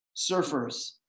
surfers